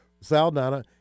Saldana